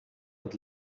und